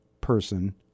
person